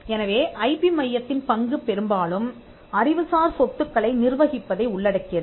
எனவே I P மையத்தின் பங்கு பெரும்பாலும் அறிவுசார் சொத்துக்களை நிர்வகிப்பதை உள்ளடக்கியது